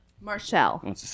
Marshall